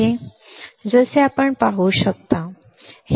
N channel येथे आहे जसे आपण सर्व पाहू शकता